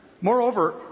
Moreover